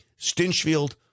Stinchfield